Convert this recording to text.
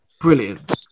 brilliant